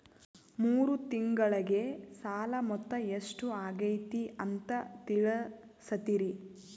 ಮೂರು ತಿಂಗಳಗೆ ಸಾಲ ಮೊತ್ತ ಎಷ್ಟು ಆಗೈತಿ ಅಂತ ತಿಳಸತಿರಿ?